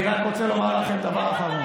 תסתכל לשם, אני רק רוצה לומר לכם דבר אחרון.